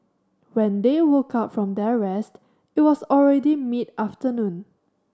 when they woke up from their rest it was already mid afternoon